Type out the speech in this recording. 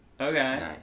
Okay